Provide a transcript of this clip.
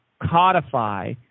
codify